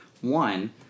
One